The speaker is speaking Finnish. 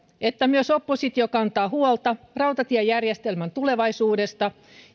että myös oppositio kantaa huolta rautatiejärjestelmän tulevaisuudesta